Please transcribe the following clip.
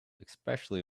especially